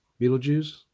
Beetlejuice